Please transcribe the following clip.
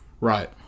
Right